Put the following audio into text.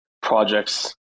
projects